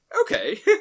Okay